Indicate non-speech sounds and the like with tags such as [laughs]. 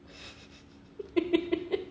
[laughs]